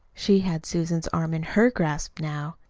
she had susan's arm in her grasp now.